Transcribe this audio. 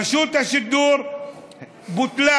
רשות השידור בוטלה,